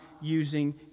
using